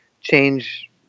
change